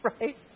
Right